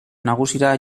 nagusira